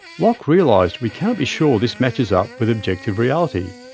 locke realised we cannot be sure this matches up with objective reality,